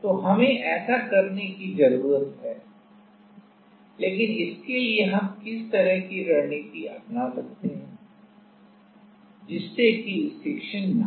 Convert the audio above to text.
तो हमें ऐसा करने की ज़रूरत है लेकिन इसके लिए हम किस तरह की रणनीति अपना सकते हैं जिससे कि स्टिक्शन न हो